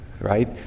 right